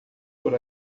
por